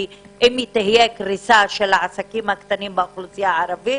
כי אם תהיה קריסה של העסקים הקטנים באוכלוסייה הערבית,